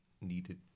needed